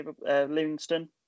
Livingston